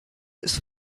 its